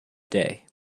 day